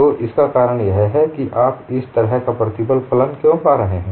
तो इसका कारण यह है कि आप इस तरह का प्रतिबल फलन क्यों कर पा रहे हैं